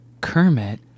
kermit